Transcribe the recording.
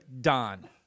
Don